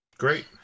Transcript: Great